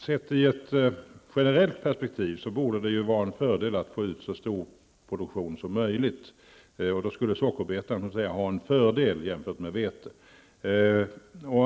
Fru talman! Sett i ett generellt perspektiv borde det vara en fördel att man får ut så stor produktion som möjligt. Då skulle sockerbetan ha en fördel jämfört med vete.